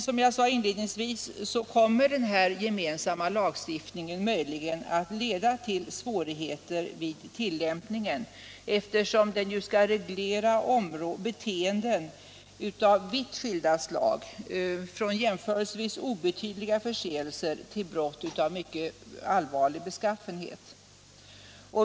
Som jag sade inledningsvis kommer denna gemensamma lagstiftning möjligen att leda till svårigheter vid tillämpningen, eftersom den ju skall reglera beteenden av vitt skilda slag, från jämförelsevis obetydliga förseelser till brott av mycket allvarlig beskaffenhet.